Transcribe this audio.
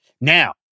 Now